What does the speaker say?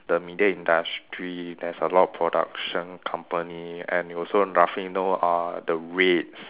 the media industry there's a lot production company and you also roughly know uh the rates